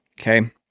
okay